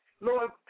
Lord